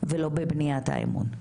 ולא בבניית האמון.